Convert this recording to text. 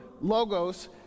logos